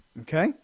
Okay